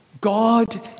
God